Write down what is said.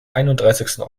einunddreißigsten